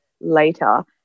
later